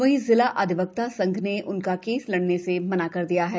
वहीं जिला अधिवक्ता संघ ने उनका केस लड़ने से माना कर दिया है